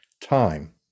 time